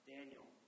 Daniel